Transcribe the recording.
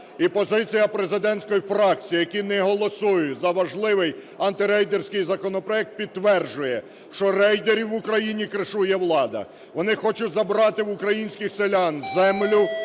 І позиція президентської фракції, які не голосують за важливий антирейдерський законопроект, підтверджує, що рейдерів в Україні "кришує" влада. Вони хочуть забрати в українських селян землю,